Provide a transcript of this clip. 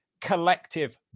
collective